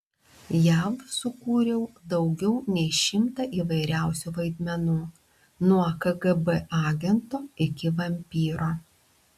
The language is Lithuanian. jav sukūriau daugiau nei šimtą įvairiausių vaidmenų nuo kgb agento iki vampyro